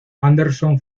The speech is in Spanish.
anderson